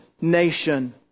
nation